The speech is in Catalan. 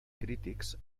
crítics